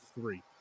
three